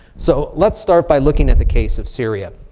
so let's start by looking at the case of syria.